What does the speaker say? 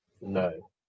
No